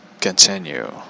continue